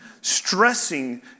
stressing